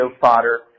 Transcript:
fodder